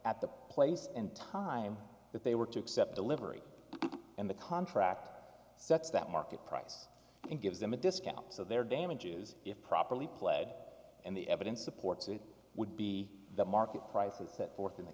at the place and time that they were to accept delivery and the contract sets that market price and gives them a discount so their damages if properly pled and the evidence supports that would be that market prices set forth in the